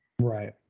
right